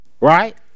right